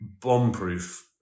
bomb-proof